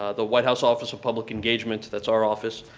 ah the white house office of public engagement, that's our office,